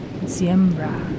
Siembra